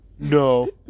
No